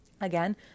again